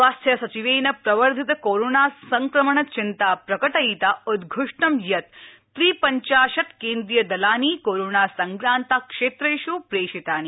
स्वास्थ्य सचिवेन प्रवर्धित कोरोना संक्रमण चिन्ता प्रकटयिता उद्घष्ट यत् त्रिपञ्चाशत् केन्द्रीयदलानि कोरोनासंक्रान्ता क्षेत्रेष प्रेषितानि